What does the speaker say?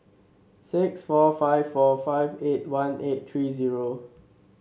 six four five four five eight one eight three zero